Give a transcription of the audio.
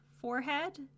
Forehead